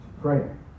prayer